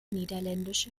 niederländische